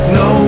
no